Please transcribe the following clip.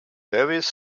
various